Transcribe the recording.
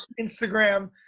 Instagram